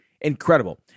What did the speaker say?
incredible